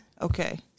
Okay